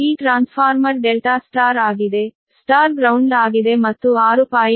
ಈ transformer ∆ Y ಆಗಿದೆ star ground ಆಗಿದೆ ಮತ್ತು 6